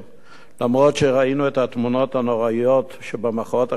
אף-על-פי שראינו את התמונות הנוראות שבמחאות החברתיות,